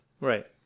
Right